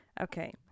Okay